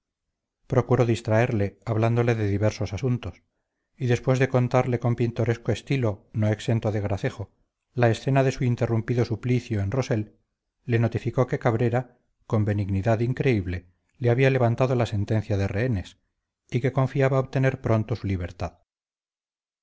procuró distraerle hablándole de diversos asuntos y después de contarle con pintoresco estilo no exento de gracejo la escena de su interrumpido suplicio en rossell le notificó que cabrera con benignidad increíble le había levantado la sentencia de rehenes y que confiaba obtener pronto su libertad